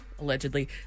allegedly